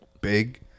big